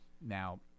Now